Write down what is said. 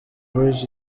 boys